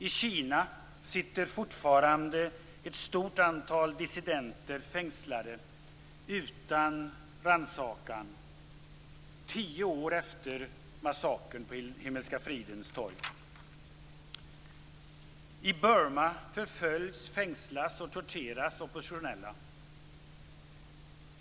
I Kina sitter fortfarande ett stort antal dissidenter fängslade utan rannsakan tio år efter massakern på I Burma förföljs, fängslas och torteras oppositionella.